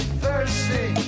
thirsty